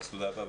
אז תודה רבה.